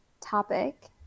topic